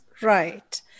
right